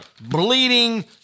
bleeding